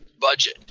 budget